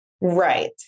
Right